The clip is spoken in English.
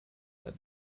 that